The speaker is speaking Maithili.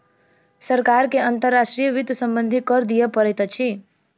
सरकार के अंतर्राष्ट्रीय वित्त सम्बन्धी कर दिअ पड़ैत अछि